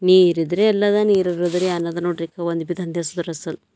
ನೀರಿದ್ದರೆ ಎಲ್ಲ ಅದ ನೀರು ಇರದಿದ್ರೆ ಏನದ ನೋಡಿರಿ ಒಂದು ಭೀ ದಂಧೆ ಸುದ್ರಸಲ್ಲ